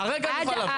הרגע את יכולה לעבור.